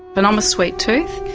but i'm a sweet tooth,